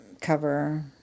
cover